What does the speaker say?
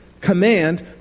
command